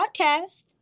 Podcast